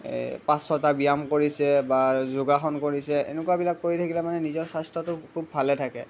পাঁচ ছটা ব্যায়াম কৰিছে বা যোগাসন কৰিছে এনেকুৱাবিলাক কৰি থাকিলে মানে নিজৰ স্বাস্থ্যটো খুব ভালে থাকে